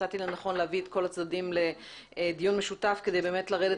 מצאתי לנכון להביא את כל הצדדים לדיון משותף כדי לרדת